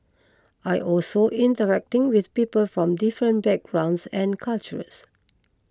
I also interacting with people from different backgrounds and cultures